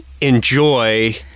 enjoy